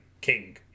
king